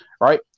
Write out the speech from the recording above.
right